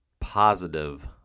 positive